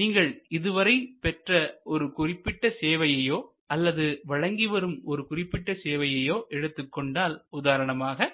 நீங்கள் இதுவரை பெற்ற ஒரு குறிப்பிட்ட சேவையையோ அல்லது வழங்கிவரும் ஒரு குறிப்பிட்ட சேவையையோ எடுத்துக்கொண்டால் உதாரணமாக